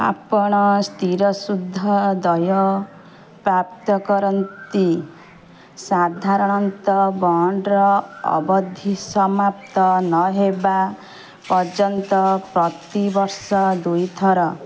ଆପଣ ସ୍ଥିର ସୁଧ ଦେୟ ପ୍ରାପ୍ତ କରନ୍ତି ସାଧାରଣତଃ ବଣ୍ଡ୍ର ଅବଧି ସମାପ୍ତ ନହେବା ପର୍ଯ୍ୟନ୍ତ ପ୍ରତି ବର୍ଷ ଦୁଇଥର